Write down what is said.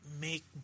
make